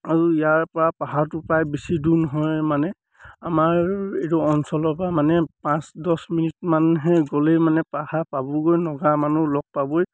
আৰু ইয়াৰপৰা পাহাৰটো প্ৰায় বেছি দূৰ নহয় মানে আমাৰ এইটো অঞ্চলৰপৰা মানে পাঁচ দছ মিনিট মানহে গ'লেই মানে পাহাৰ পাবগৈ নগা মানুহ লগ পাবই